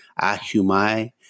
Ahumai